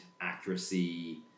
accuracy